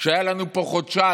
היו לנו פה חודשיים